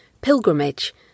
Pilgrimage